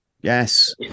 Yes